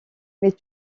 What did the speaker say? mais